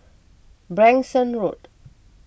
Branksome Road